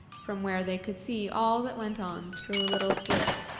from where they could see all that went on through a little slit.